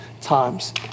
times